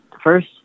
first